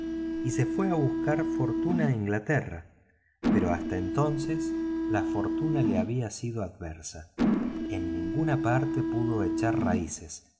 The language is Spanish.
y se fue a buscar fortuna a inglaterra pero hasta entonces la fortuna le había sido adversa en ninguna parte pudo echar raíces